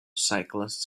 cyclists